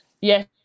Yes